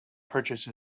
purchase